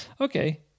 Okay